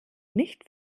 nicht